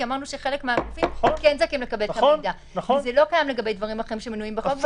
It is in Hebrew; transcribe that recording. כרגע זה לא קיים לגבי דברים אחרים שמנויים בחוק.